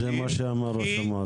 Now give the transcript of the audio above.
זה מה שאמר ראש המועצה.